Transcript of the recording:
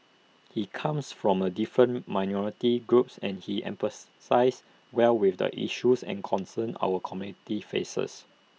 he comes from A different minority groups and he empathises well with the issues and concerns our community faces